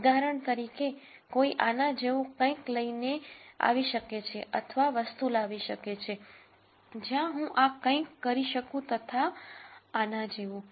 ઉદાહરણ તરીકે કોઈ આના જેવું કંઈક લઈને આવી શકે છે અથવા વસ્તુ લાવી શકે છે જ્યાં હું આ કંઈક કરી શકું તથા આના જેવું